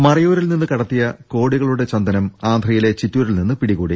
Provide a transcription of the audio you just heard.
മറയൂരിൽ നിന്ന് കടത്തിയ കോടികളുടെ ചന്ദനം ആന്ധ്ര യിലെ ചിറ്റൂരിൽ നിന്ന് പിടികൂടി